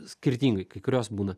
skirtingai kai kurios būna